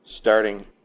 starting